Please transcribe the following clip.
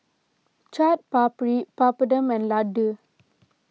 Chaat Papri Papadum and Ladoo